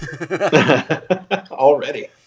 Already